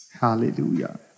Hallelujah